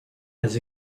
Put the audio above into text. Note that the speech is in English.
has